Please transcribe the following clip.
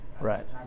Right